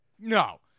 No